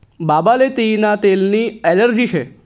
बाबाले तियीना तेलनी ॲलर्जी शे